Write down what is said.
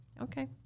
Okay